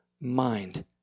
mind